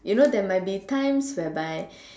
you know there might be times where by